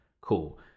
cool